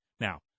now